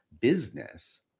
business